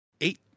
eight